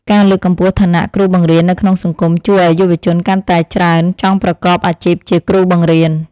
ការលើកកម្ពស់ឋានៈគ្រូបង្រៀននៅក្នុងសង្គមជួយឱ្យយុវជនកាន់តែច្រើនចង់ប្រកបអាជីពជាគ្រូបង្រៀន។